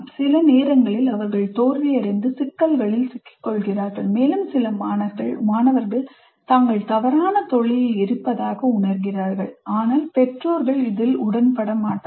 சில நேரங்களில் அவர்கள் தோல்வியடைந்து சிக்கல்களில் சிக்கிக் கொள்கிறார்கள் மேலும் சில மாணவர்கள் தாங்கள் தவறான தொழிலில் இருப்பதாக உணர்கிறார்கள் ஆனால் பெற்றோர்கள் இதில் உடன்பட மாட்டார்கள்